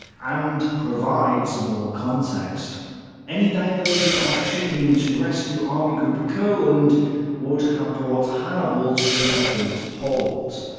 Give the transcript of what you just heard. and provides more context any diversion of shipping to rescue army group courland would have brought hannibal to a complete halt.